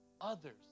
others